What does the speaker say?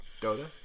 Dota